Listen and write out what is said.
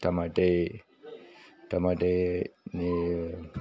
tomato tomato ನೀ